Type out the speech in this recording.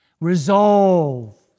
Resolve